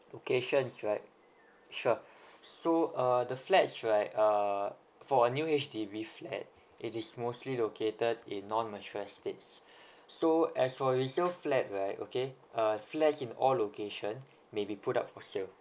okay sure that's right sure so uh the flats right uh for a new H_D_B flat it is mostly located in non mature estates so as for resale flat right okay uh flats in all location may be put up for sale